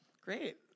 Great